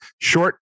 short